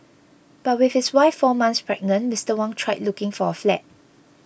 but with his wife four months pregnant Mister Wang tried looking for a flat